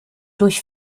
durch